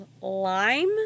lime